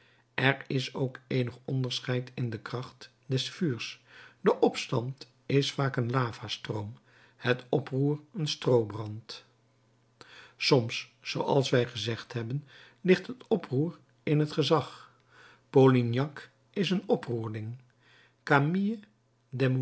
er is ook eenig onderscheid in de kracht des vuurs de opstand is vaak een lavastroom het oproer een stroobrand soms zooals wij gezegd hebben ligt het oproer in het gezag polignac is een oproerling camille